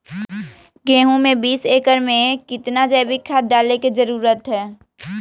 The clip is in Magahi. गेंहू में बीस एकर में कितना जैविक खाद डाले के जरूरत है?